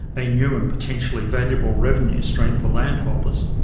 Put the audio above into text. a new and potentially valuable revenue stream for landholders,